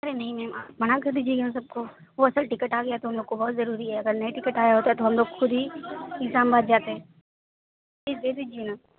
ارے نہیں میم آپ منع کر دیجیے یہاں سب کو وہ اصل ٹکٹ آ گیا تو ہم لوگ کو بہت ضروری ہے اگر نہیں ٹکٹ آیا ہوتا تو ہم لوگ خود ہی اگزام بعد جاتیں پلیز دے دیجیے نا